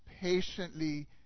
patiently